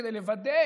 כדי לוודא